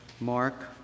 Mark